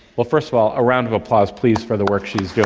but first of all a round of applause please for the work she is